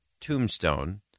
tombstone